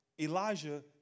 Elijah